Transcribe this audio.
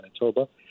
Manitoba